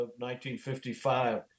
1955